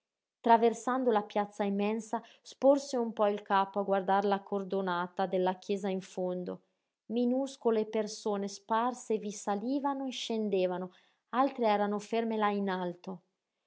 traversando la piazza immensa sporse un po il capo a guardar la cordonata della chiesa in fondo minuscole persone sparse vi salivano e scendevano altre erano ferme là in alto